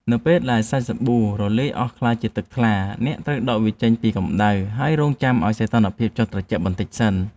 នៅពេលដែលសាច់សាប៊ូរលាយអស់ក្លាយជាទឹកថ្លា អ្នកត្រូវដកវាចេញពីកម្ដៅ ហើយរង់ចាំឱ្យសីតុណ្ហភាពចុះត្រជាក់បន្តិចសិន។